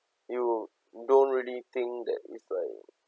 you don't really think that it's like